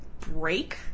break